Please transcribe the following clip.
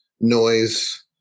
noise